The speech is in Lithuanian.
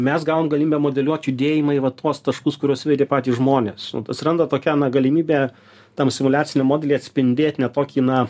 mes gavom galimybę modeliuot judėjimą į va tuos taškus kuriuos įvedė patys žmonės atsiranda tokia na galimybė tam simuliaciniam modely atspindėt ne tokį na